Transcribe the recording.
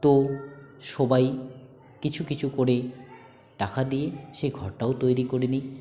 তো সবাই কিছু কিছু করে টাকা দিয়ে সেই ঘরটাও তৈরি করে নিই